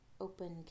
open